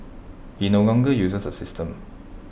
he no longer uses the system